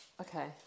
Okay